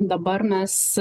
dabar mes